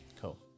cool